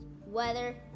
weather